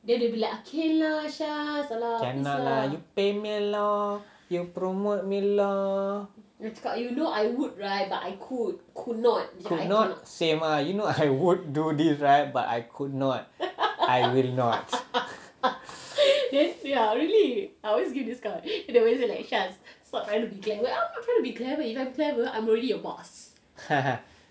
can lah you pay me lor you promote me lor could not same lah you know I would do this right but I could not I will not